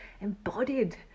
embodied